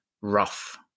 rough